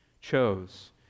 Chose